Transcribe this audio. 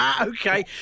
Okay